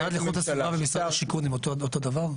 המשרד להגנת הסביבה ומשרד השיכון הם אותו דבר?